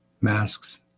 masks